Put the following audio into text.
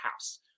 house